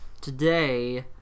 Today